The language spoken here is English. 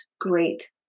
great